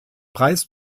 preis